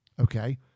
Okay